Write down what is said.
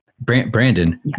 Brandon